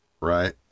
Right